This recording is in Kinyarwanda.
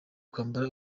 kwambara